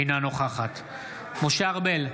אינה נוכחת משה ארבל,